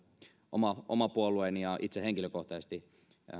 oma puolueeni ja itse henkilökohtaisesti